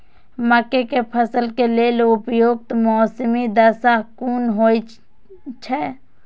मके के फसल के लेल उपयुक्त मौसमी दशा कुन होए छै?